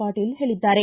ಪಾಟೀಲ್ ಹೇಳಿದ್ದಾರೆ